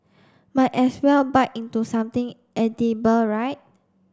might as well bite into something edible right